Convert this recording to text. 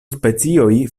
specioj